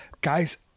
guys